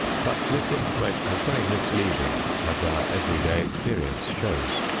but this information is very misleading as our everyday experience shows.